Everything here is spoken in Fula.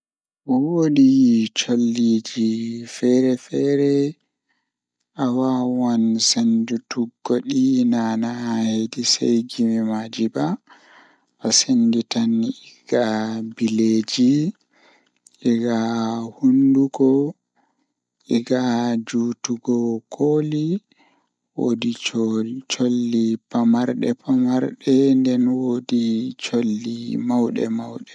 Mi mauni haa lesdi Nigeria wuro yola haa nder Adamawa Miɗo waawi helpi e waɗde nder konngol, ammaa miɗo waɗi goɗɗum, ammaa miɗo waawi yeddi e waawugol places ngal. So aɗa waawi waɗde ɗum ko ɗoo wuro, naatude tuma ngal.